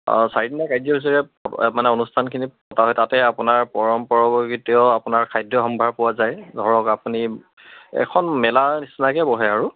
চাৰিদিনীয়া কাৰ্যসূচীৰে মানে অনুষ্ঠানখিনি পতা হয় তাতে আপোনাৰ পৰম্পৰাগতভাৱেও আপোনাৰ খাদ্য সম্ভাৰ পোৱা যায় ধৰক আপুনি এখন মেলা নিচিনাকৈ বহে আৰু